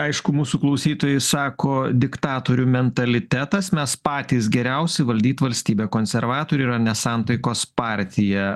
aišku mūsų klausytojai sako diktatorių mentalitetas mes patys geriausi valdyt valstybę konservatoriai yra nesantaikos partija